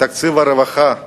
בתקציב הרווחה,